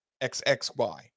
xxy